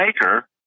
maker